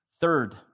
Third